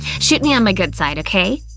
shoot me on my good side, okay?